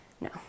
No